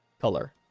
color